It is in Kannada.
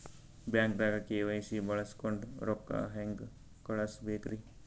ಬ್ಯಾಂಕ್ದಾಗ ಕೆ.ವೈ.ಸಿ ಬಳಸ್ಕೊಂಡ್ ರೊಕ್ಕ ಹೆಂಗ್ ಕಳಸ್ ಬೇಕ್ರಿ?